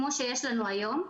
כמו שיש לנו היום,